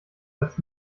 als